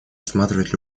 рассматривать